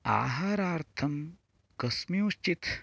आहारार्थं कस्मिञ्जित्